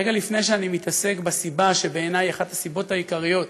רגע לפני שאני מתעסק בסיבה שבעיניי היא אחת הסיבות העיקריות,